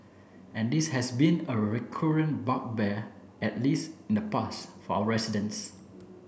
and this has been a recurrent bugbear at least in the past for our residents